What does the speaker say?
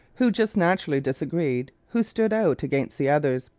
who just naturally disagreed, who stood out against the others.